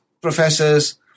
professors